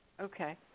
Okay